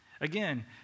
Again